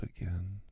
again